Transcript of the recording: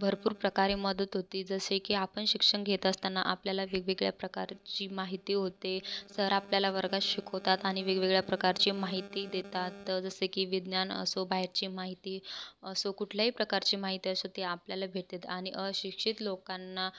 भरपूर प्रकारे मदत होते जसे की आपण शिक्षन घेत असताना आपल्याला वेगवेगळ्या प्रकारची माहिती होते सर आपल्याला वर्गात शिकवतात आणि वेगवेगळ्या प्रकारची माहिती देतात तर जसे की विज्ञान असो बाहेरची माहिती असो कुठल्याही प्रकारची माहिती असे ती आपल्याला भेटते आणि अशिक्षित लोकांना